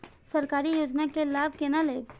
सरकारी योजना के लाभ केना लेब?